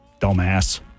dumbass